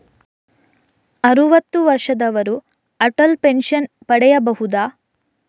ಅರುವತ್ತು ವರ್ಷದವರು ಅಟಲ್ ಪೆನ್ಷನ್ ಪಡೆಯಬಹುದ?